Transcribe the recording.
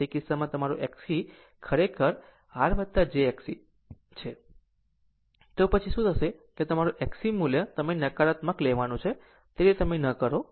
તે કિસ્સામાં તમારું Xc ખરેખર તમે જેને R j Xc લખો તો પછી શું થશે કે તમે આ Xc મૂલ્ય તમે નકારાત્મક લેવાનું છે તે રીતે તમે ન કરો